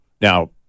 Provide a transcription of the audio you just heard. Now